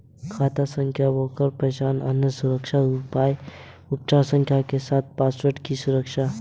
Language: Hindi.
खाता संख्या बहुकारक पहचान, अन्य सुरक्षा उपाय पहचान संख्या के साथ पासवर्ड की सुरक्षा करते हैं